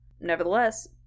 Nevertheless